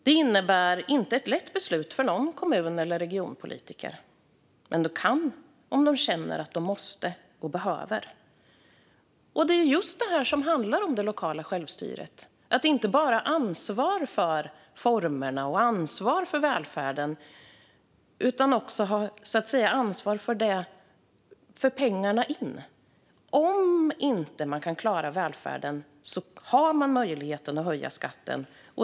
Det är inte ett lätt beslut för någon kommun eller regionpolitiker. Men de kan göra det om de känner att de måste och behöver det. Det är just det här det lokala självstyret handlar om. Man har inte bara ansvar för formerna och ansvar för välfärden, utan man har också ansvar för pengarna in. Om man inte klarar välfärden har man möjligheten att höja skatten.